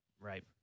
Right